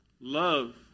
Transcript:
Love